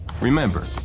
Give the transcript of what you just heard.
Remember